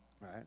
right